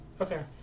okay